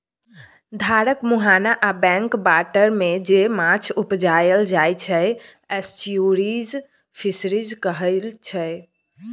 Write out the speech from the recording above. धारक मुहाना आ बैक बाटरमे जे माछ उपजाएल जाइ छै एस्च्युरीज फिशरीज कहाइ छै